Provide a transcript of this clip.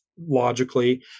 logically